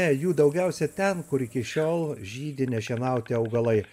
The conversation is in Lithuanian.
jų daugiausia ten kur iki šiol žydi nešienauti augalai